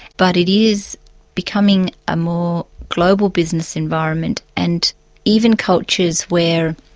but it is becoming a more global business environment, and even cultures where